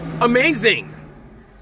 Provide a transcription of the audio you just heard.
amazing